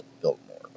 Biltmore